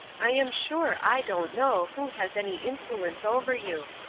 i am sure i don't know who has any influence over you.